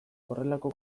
horrelako